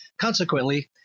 Consequently